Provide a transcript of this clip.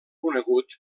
conegut